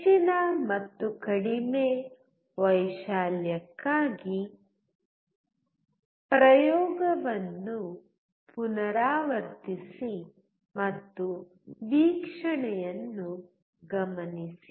ಹೆಚ್ಚಿನ ಮತ್ತು ಕಡಿಮೆ ವೈಶಾಲ್ಯಕ್ಕಾಗಿ ಪ್ರಯೋಗವನ್ನು ಪುನರಾವರ್ತಿಸಿ ಮತ್ತು ವೀಕ್ಷಣೆಯನ್ನು ಗಮನಿಸಿ